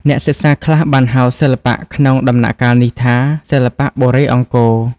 អ្នកសិក្សាខ្លះបានហៅសិល្បៈក្នុងដំណាក់កាលនេះថា សិល្បៈបុរេអង្គរ។